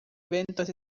eventos